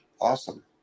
awesome